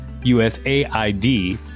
USAID